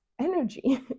energy